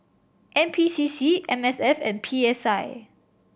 N P C C M S F and P S I